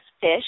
fish